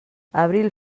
abril